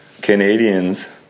Canadians